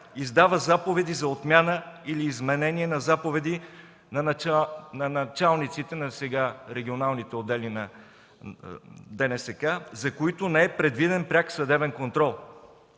издава заповеди за отмяна или изменение на заповеди на началниците на сега регионалните отдели на ДНСК, за които не е предвиден пряк съдебен контрол.